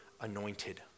anointed